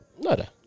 Nada